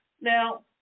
Now